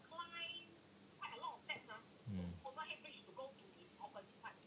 mm